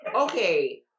Okay